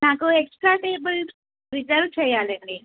నాకు extra table reserve చేయ్యాలండి